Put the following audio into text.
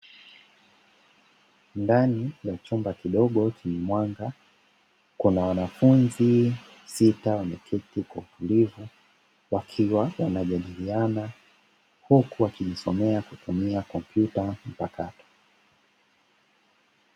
Ndani ya chumba kidogo chenye mwanga kuna wanafunzi sita wameketi kwa utulivu, wakiwa wanajadiliana huku wakitumia kompyuta mpakato.